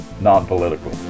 non-political